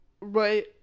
right